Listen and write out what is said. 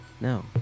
No